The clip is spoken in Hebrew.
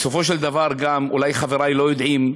בסופו של דבר גם, אולי חברי לא יודעים,